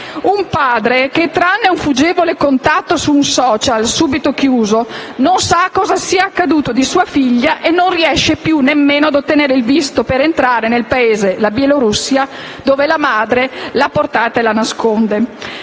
un padre che, tranne un fuggevole contatto su un *social*, subito chiuso, non sa cosa sia accaduto a sua figlia e non riesce più nemmeno a ottenere il visto per entrare in Bielorussia, dove la madre l'ha portata e la nasconde.